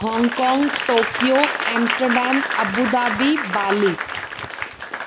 Hong Kong Tokyo Amsterdam Abu Dhabi Bali